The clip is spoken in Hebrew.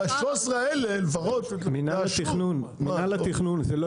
מינהל התכנון, זה לא